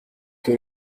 que